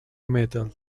metal